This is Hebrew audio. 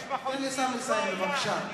תן לשר לסיים בבקשה.